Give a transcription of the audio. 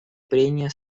прения